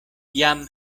jam